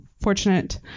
Fortunate